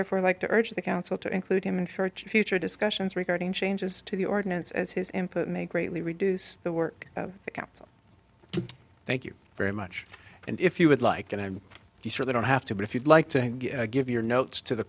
therefore like to urge the council to include him in short future discussions regarding changes to the ordinance as his input may greatly reduce the work thank you very much and if you would like and i'm sure we don't have to but if you'd like to give your notes to the